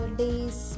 days